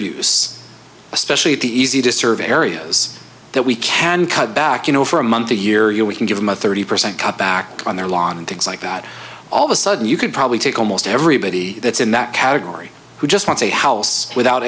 use especially at the easy to serve areas that we can cut back you know for a month a year you know we can give them a thirty percent cut back on their lawn and things like that all of a sudden you could probably take almost everybody that's in that category who just wants a house without